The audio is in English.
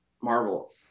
Marvel